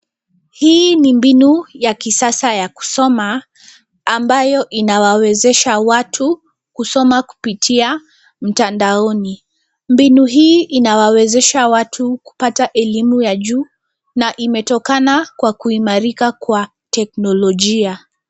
Hii ni mbinu ya kisasa ya kusoma ambayo inawawezesha watu kusoma kupitia mtandaoni. Mbinu hii inawawezesha watu kupata elimu ya juu na imetokana kuimarika kwa teknolojia.